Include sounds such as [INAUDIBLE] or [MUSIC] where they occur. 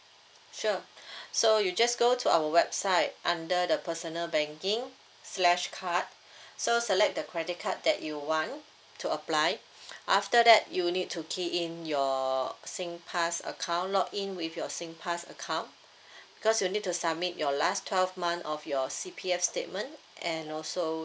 sure so you just go to our website under the personal banking slash card [BREATH] so select the credit card that you want to apply after that you need to key in your singpass account login with your singpass account because you will need to submit your last twelve month of your C_P_F statement and also